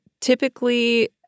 typically